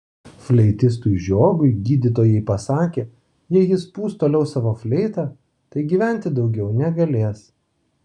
fleitistui žiogui gydytojai pasakė jei jis pūs toliau savo fleitą tai gyventi daugiau negalės